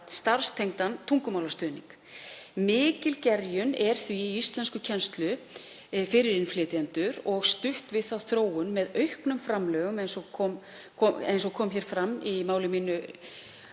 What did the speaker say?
starfstengdan tungumálastuðning. Mikil gerjun er því í íslenskukennslu fyrir innflytjendur og stutt við þá þróun með auknum framlögum eins og kom fram í máli mínu